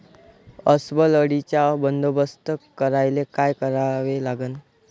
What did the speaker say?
अस्वल अळीचा बंदोबस्त करायले काय करावे लागन?